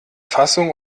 fassung